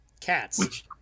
Cats